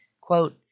Quote